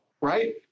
right